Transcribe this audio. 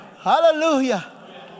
Hallelujah